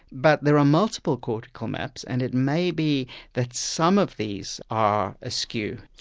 but there are multiple cortical maps and it may be that some of these are askew.